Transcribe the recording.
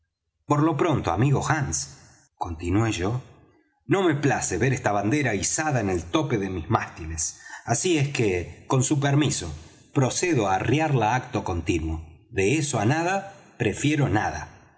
por lo pronto amigo hands continué yo no me place ver esta bandera izada en el tope de mis mástiles así es que con su permiso procedo á arriarla acto continuo de eso á nada prefiero nada